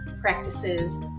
practices